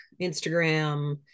Instagram